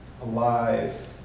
alive